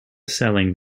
selling